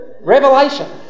revelation